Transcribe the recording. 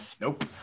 Nope